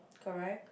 correct